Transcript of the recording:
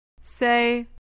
Say